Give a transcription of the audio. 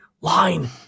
line